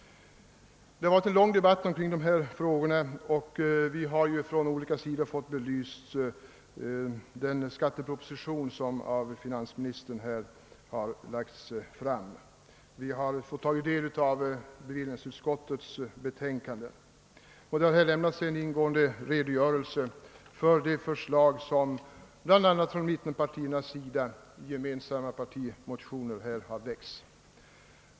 Det har varit en lång debatt, och vi har från olika sidor fått den skatteproposition belyst som finansministern lagt fram. Vi har också kunnat ta del av bevillningsutskottets betänkanden, och det har lämnats en ingående redogörelse för de förslag som bl.a. från mittenpartiernas sida förts fram i gemensamma partimotioner.